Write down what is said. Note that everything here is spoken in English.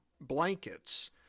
blankets